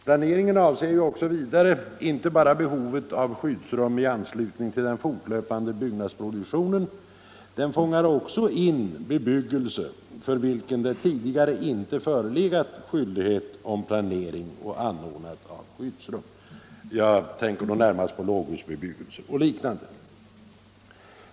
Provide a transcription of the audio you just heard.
Planeringen avser vidare inte bara behovet av skyddsrum i anslutning till den fortlöpande byggnadsproduktionen. Den fångar också in bebyggelse för vilken det tidigare inte förelegat skyldighet till planering och anordnande av skyddsrum. Jag avser då närmast låghusbebyggelse och liknande.